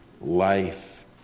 life